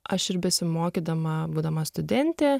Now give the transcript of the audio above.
aš ir besimokydama būdama studentė